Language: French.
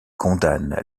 condamne